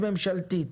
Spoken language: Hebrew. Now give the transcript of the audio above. ממשלתית מתואמת